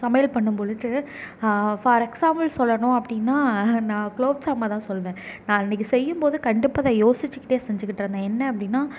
சமையல் பண்ணும்பொழுது for example சொல்லணும் அப்படின்னா நா குலோப்ஜாமைதான் சொல்வேன் நான் அன்னைக்கு செய்யும்போது கண்டிப்பாக அதை யோசிச்சிகிட்டே செஞ்சிக்கிட்டிருந்தேன் என்ன அப்படின்னா